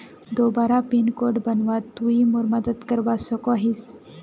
दोबारा pin code बनवात तुई मोर मदद करवा सकोहिस?